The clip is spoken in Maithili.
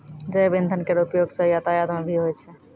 जैव इंधन केरो उपयोग सँ यातायात म भी होय छै